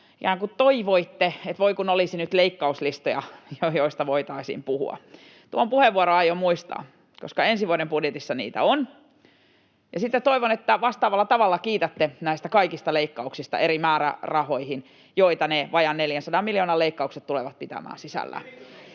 ikään kuin toivoitte, että voi kun olisi nyt leikkauslistoja, joista voitaisiin puhua. Tuon puheenvuoron aion muistaa, koska ensi vuoden budjetissa niitä on, ja sitten toivon, että vastaavalla tavalla kiitätte näistä kaikista leikkauksista eri määrärahoihin, joita ne vajaan 400 miljoonan leikkaukset tulevat pitämään sisällään.